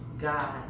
God